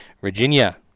Virginia